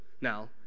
now